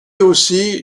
aussi